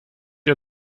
ihr